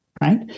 right